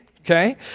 okay